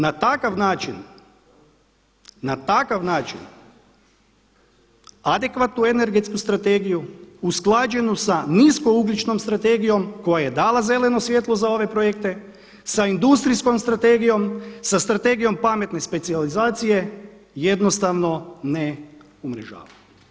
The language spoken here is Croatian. Na takav način adekvatnu Energetsku strategiju usklađenu sa Niskougljičnom strategijom koja je dala zeleno svjetlo za ove projekte, sa Industrijskom strategijom, sa Strategijom pametne specijalizacije jednostavno ne umrežava.